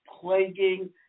plaguing